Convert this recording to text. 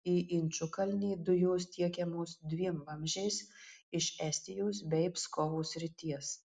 į inčukalnį dujos tiekiamos dviem vamzdžiais iš estijos bei pskovo srities